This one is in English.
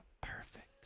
Perfect